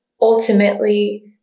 ultimately